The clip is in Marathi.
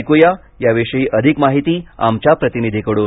ऐकूया या विषयी अधिक माहिती आमच्या प्रतिनिधीकडून